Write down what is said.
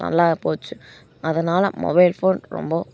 நல்லா போச்சு அதனால் மொபைல் ஃபோன் ரொம்ப